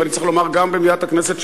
ואני צריך לומר גם במליאת הכנסת,